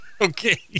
Okay